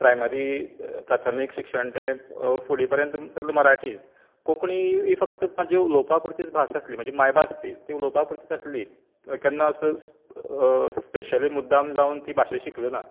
primary प्राथमीक शिक्षण तें फुडें पर्यंत सगळी मराठी कोंकणी फक्त म्हणजें उलोवपा पुरतीच भास आसली म्हाजी मांयभास ती ती उलोवपा पुरतीच आसली तेन्ना असो स्पेशली मुद्दाम जावन ती भाशा शिकलो ना